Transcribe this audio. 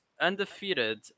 undefeated